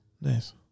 Nice